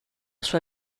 sua